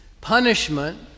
punishment